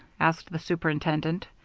asked the superintendent.